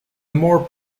more